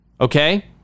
Okay